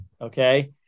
Okay